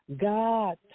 God